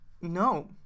no